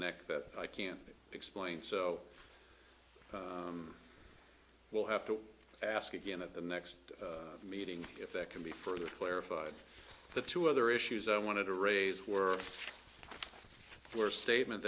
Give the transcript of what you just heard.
neck that i can't explain so i will have to ask again at the next meeting if that can be further clarified the two other issues i wanted to raise were for statement